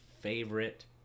favorite